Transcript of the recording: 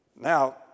Now